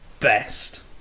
Best